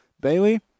Bailey